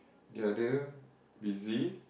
the other busy